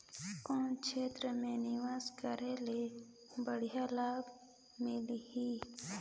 कौन क्षेत्र मे निवेश करे ले बढ़िया लाभ मिलही?